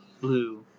blue